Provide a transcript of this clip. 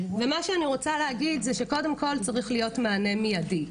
ומה שאני רוצה להגיד זה שקודם כל צריך להיות מענה מיידי.